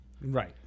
Right